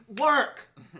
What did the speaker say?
Work